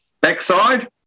backside